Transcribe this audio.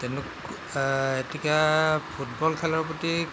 এতিয়া ফুটবল খেলৰ প্ৰতি